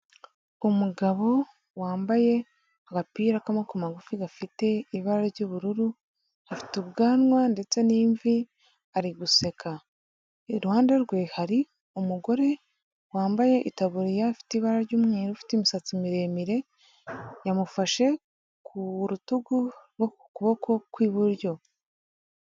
Umugabo wambaye agapira k'amaboko magufi gafite ibara ry'ubururu, afite ubwanwa ndetse n'imvi, ari guseka. Iruhande rwe hari umugore wambaye itaburiya ifite ibara ry'umweru, ufite imisatsi miremire, yamufashe ku rutugu rwo ku kuboko kw'iburyo.